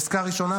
עסקה ראשונה,